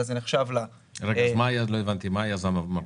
אז מה היזם מרוויח?